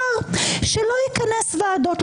שר שלא יכנס ועדות,